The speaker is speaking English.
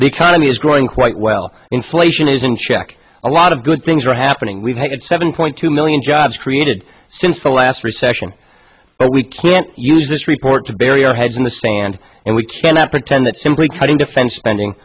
the economy is growing quite well inflation is in check a lot of good things are happening we've had seven point two million jobs created since the last recession but we can't use this report to bury our heads in the stand and we cannot pretend that simply cutting defense spending